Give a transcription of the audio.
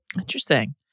Interesting